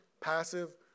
passive